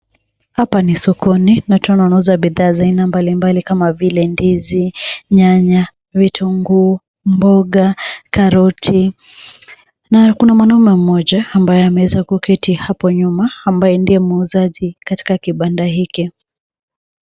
Hapa ni sokoni na tena wanauza bidhaa za aina mbalimbali kama vile ndizi, nyanya, vitunguu, mboga, karoti na kuna mwanaume mmoja ambaye ameweza kuketi hapo nyuma ambaye ndiye muuzaji katika kibanda hiki.